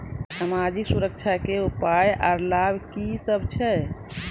समाजिक सुरक्षा के उपाय आर लाभ की सभ छै?